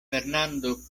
fernando